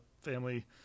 family